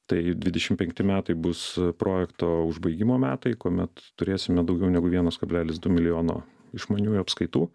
tai dvidešim penkti metai bus projekto užbaigimo metai kuomet turėsime daugiau negu vienas kablelis du milijono išmaniųjų apskaitų